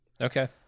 Okay